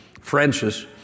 Francis